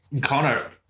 Connor